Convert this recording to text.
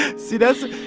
see. that's.